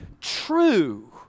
true